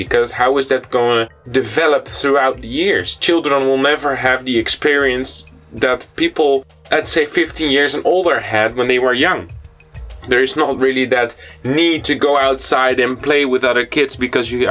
because how is that going develop throughout the years children will never have the experience of people that say fifty years old or had when they were young there's not really that need to go outside in play with other kids because you